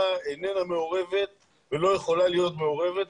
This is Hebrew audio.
איננה מעורבת ולא יכולה להיות מעורבת,